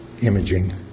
imaging